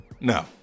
No